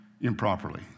improperly